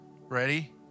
Ready